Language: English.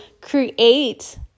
create